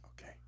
Okay